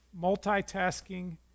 multitasking